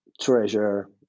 treasure